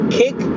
kick